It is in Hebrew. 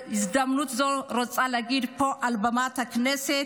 בהזדמנות זו אני רוצה להגיד פה על במת הכנסת: